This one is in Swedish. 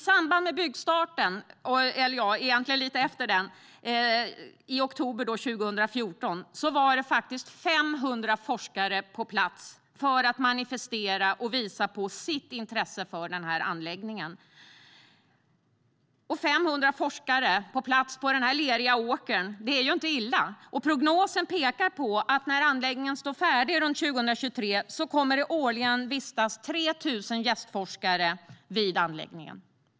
Lite efter byggstarten, i oktober 2014, var det faktiskt 500 forskare på plats för att manifestera och visa sitt intresse för anläggningen. 500 forskare på den här leriga åkern är inte illa. Prognosen pekar på att det när anläggningen står färdig runt 2023 årligen kommer att vistas 3 000 gästforskare vid anläggningen.